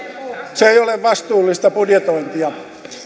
se ei ole vastuullista budjetointia